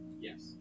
Yes